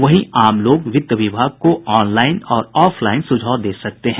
वहीं आम लोग वित्त विभाग को ऑनलाईन और आफलाईन सुझाव दे सकते हैं